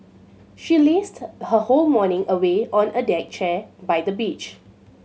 she lazed her whole morning away on a deck chair by the beach